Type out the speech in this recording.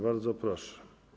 Bardzo proszę.